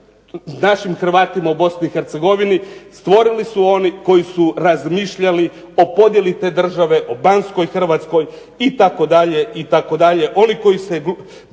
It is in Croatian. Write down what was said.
našim Hrvatima u Bosni i Hercegovini stvorili su oni koji su razmišljali o podjeli te države, o banskoj Hrvatskoj itd. Oni koji se